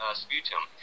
sputum